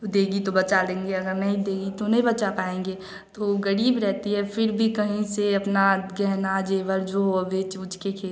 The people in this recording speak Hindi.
वह देगी तो बचा लेंगे अगर नहीं देगी तो नहीं बचा पाएँगे तो गरीब रहती है फ़िर भी कहीं अपना गहना ज़ेवर जो वह बेच उच कर खेत